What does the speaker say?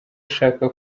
ashaka